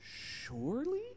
Surely